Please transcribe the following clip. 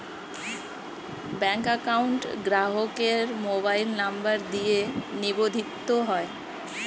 bank account গ্রাহকের mobile number দিয়ে নিবন্ধিত হয়